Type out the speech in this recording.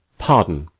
pardon,